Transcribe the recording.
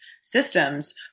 systems